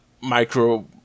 micro